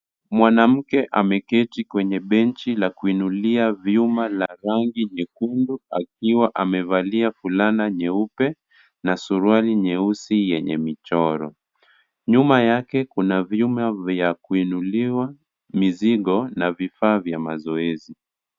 Mwanamke ameketi kwenye benchi la kuinulia vyuma la rangi nyekundu, akiwa amevalia fulana nyeupe na suruali nyeusi yenye michoro. Nyuma yake kuna vyuma vya kuinuliwa, mizigo na vifaa vya mazoezi.